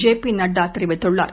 J P Nadda தெரிவித்துள்ளார்